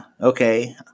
okay